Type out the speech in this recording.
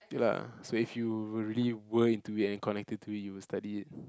ya lah so if you were really were into it and connected to it you will study it